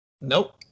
Nope